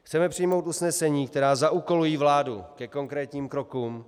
Chceme přijmout usnesení, která zaúkolují vládu ke konkrétním krokům.